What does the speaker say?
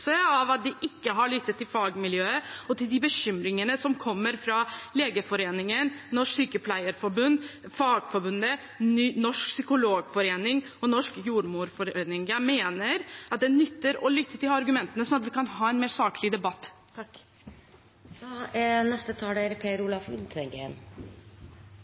av at de ikke har lyttet til fagmiljøet og de bekymringene som kommer fra Legeforeningen, Norsk Sykepleierforbund, Fagforbundet, Norsk psykologforening og Den norske jordmorforening. Jeg mener det nytter å lytte til argumentene, sånn at vi kan ha en mer saklig debatt. Det er